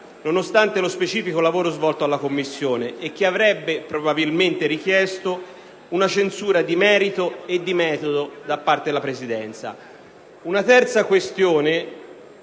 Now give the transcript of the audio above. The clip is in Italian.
nonostante lo specifico lavoro da essa svolto; ciò avrebbe probabilmente richiesto una censura di merito e di metodo da parte della Presidenza. Una terza questione,